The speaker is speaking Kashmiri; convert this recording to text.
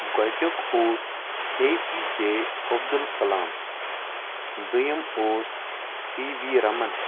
گۄڈنیُک اوس اے پی جے عبدالکلام دوٚیُم اوس سی وی رَمَن